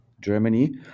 Germany